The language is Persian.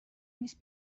نیست